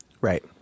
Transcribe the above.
Right